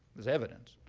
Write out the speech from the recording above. there's evidence.